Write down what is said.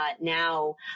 now